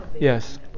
Yes